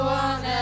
one